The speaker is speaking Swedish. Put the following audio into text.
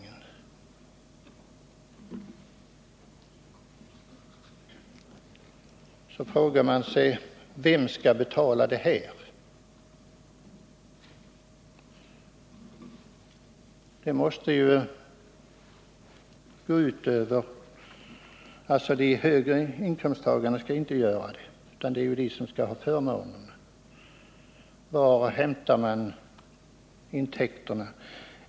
Man frågar sig vem som skall betala en sådan skattesänkning. Det är tydligen bara de högre inkomsttagarna som skall få förmåner.